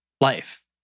Life